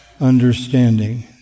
understanding